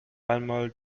einmal